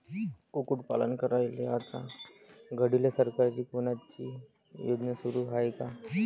कुक्कुटपालन करायले आता घडीले सरकारची कोनची योजना सुरू हाये का?